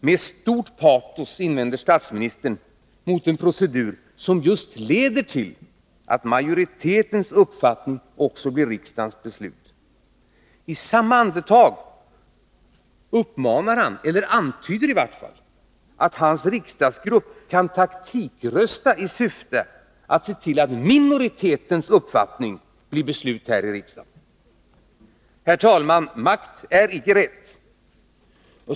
Med stort patos invänder statsministern mot en procedur som leder till att 69 majoritetens uppfattning också blir riksdagens beslut. I samma andetag antyder han att hans riksdagsgrupp kan taktikrösta i syfte att se till att minoritetens uppfattning blir riksdagens beslut. Herr talman! Makt är icke rätt.